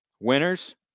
Winners